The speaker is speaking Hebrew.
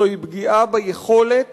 זוהי פגיעה ביכולת